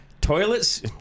toilets